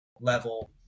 level